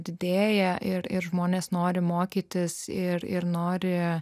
didėja ir ir žmonės nori mokytis ir ir nori